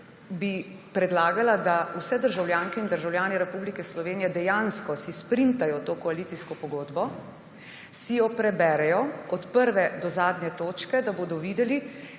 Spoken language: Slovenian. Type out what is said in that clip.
bi predlagala, da si vse državljanke in državljani Republike Slovenije dejansko sprintajo to koalicijsko pogodbo, si jo preberejo od prve do zadnje točke, da bodo videli,